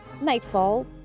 Nightfall